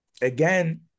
again